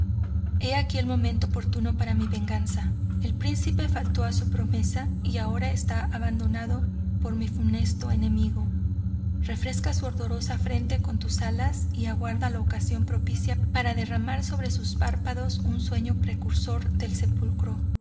he aquí el momento oportuno para mi venganza el príncipe falto a su promesa y ahora esta abandonado por mi funesto enemigo refresca su ardorosa frente con tus alas y aguarda la ocasión propicia para derramar sobre sus párpados un sueño precursor del sepulcro